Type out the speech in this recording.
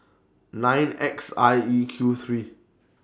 nine X I E Q three